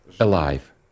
Alive